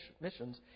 Missions